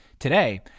Today